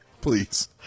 Please